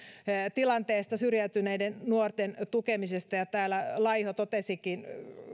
tilanteesta syrjäytyneiden nuorten tukemisesta ja täällä edustaja laiho totesikin